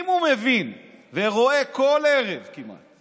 אם הוא מבין ורואה בכל ערב כמעט